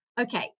Okay